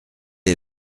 est